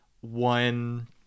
one